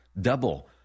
Double